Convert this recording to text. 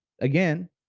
Again